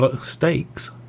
stakes